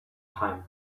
time